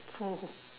oh